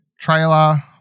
trailer